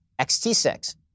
XT6